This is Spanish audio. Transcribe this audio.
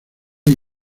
una